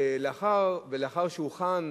ולאחר שהוכן,